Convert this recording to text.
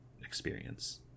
experience